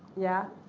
yeah.